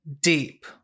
Deep